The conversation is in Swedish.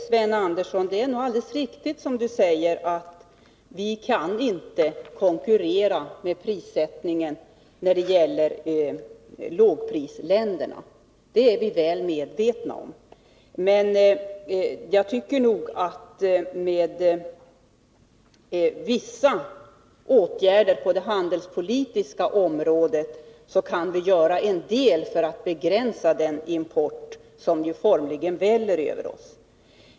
Herr talman! Det är nog alldeles riktigt, Sven Andersson, att vi inte kan konkurrera med prissättningen i lågprisländerna. Det är vi väl medvetna om. Men med vissa åtgärder på det handelspolitiska området kan vi göra en del för att begränsa den import som formligen väller över oss.